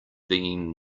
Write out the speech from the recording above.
being